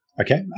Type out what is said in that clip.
Okay